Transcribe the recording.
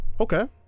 Okay